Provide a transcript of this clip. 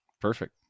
perfect